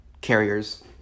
carriers